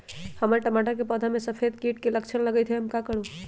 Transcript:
हमर टमाटर के पौधा में सफेद सफेद कीट के लक्षण लगई थई हम का करू?